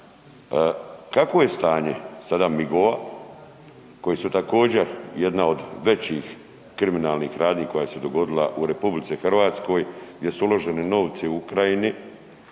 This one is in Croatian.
Kakvo je stanje sada MIG-ova koji su također jedna od većih kriminalnih radnji koja se dogodila u Republici Hrvatskoj gdje su uloženi novci u Ukrajini